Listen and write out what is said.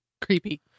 creepy